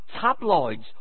tabloids